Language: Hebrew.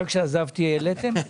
רק כשעזבתי העליתם?